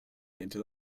into